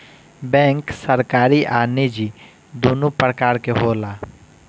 bank सरकारी आ निजी दुनु प्रकार के होला